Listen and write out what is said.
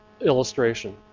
illustration